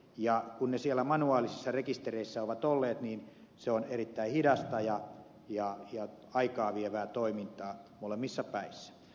kun ne siellä manuaalisissa rekistereissä ovat olleet niin se on eritäin hidasta ja aikaa vievää toimintaa molemmissa päissä